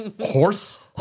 Horse